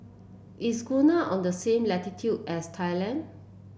is Ghana on the same latitude as Thailand